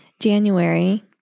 January